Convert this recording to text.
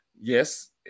Yes